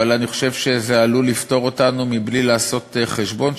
אבל אני חושב שזה עלול לפטור אותנו מבלי לעשות חשבון,